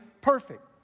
perfect